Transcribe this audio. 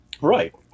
Right